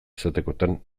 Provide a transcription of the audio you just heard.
izatekotan